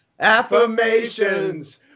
Affirmations